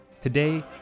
Today